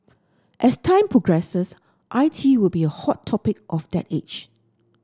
as time progresses I T will be a hot topic of that age